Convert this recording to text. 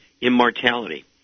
immortality